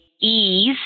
ease